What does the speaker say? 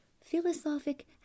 philosophic